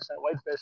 whitefish